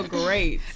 great